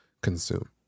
consume